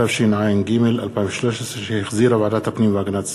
התשע"ג 2013, שהחזירה ועדת הפנים והגנת הסביבה,